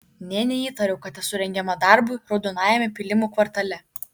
nė neįtariau kad esu rengiama darbui raudonajame pylimų kvartale